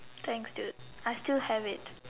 thanks dude I still have it